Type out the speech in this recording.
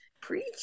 preach